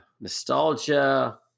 Nostalgia